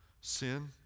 sin